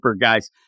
guys